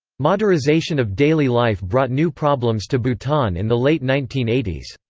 moderization of daily life brought new problems to bhutan in the late nineteen eighty s.